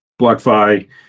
BlockFi